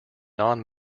non